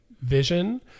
vision